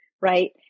right